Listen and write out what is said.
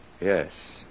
Yes